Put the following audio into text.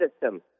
system